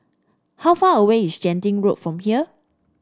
how far away is Genting Road from here